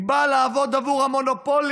היא באה לעבוד עבור המונופולים,